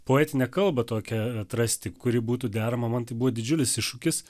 poetinę kalbą tokią atrasti kuri būtų derama man tai buvo didžiulis iššūkis